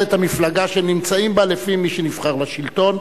את המפלגה שהם נמצאים בה לפי מי שנבחר לשלטון,